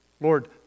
Lord